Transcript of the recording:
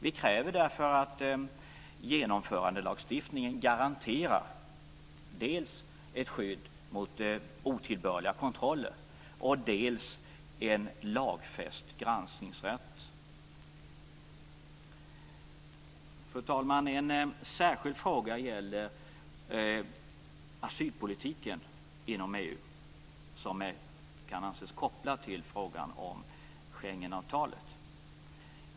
Vi kräver därför att genomförandelagstiftningen garanterar dels ett skydd mot otillbörliga kontroller, dels en lagfäst granskningsrätt. Fru talman! En särskild fråga gäller asylpolitiken inom EU, som kan anses kopplad till frågan om Schengenavtalet.